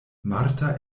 marta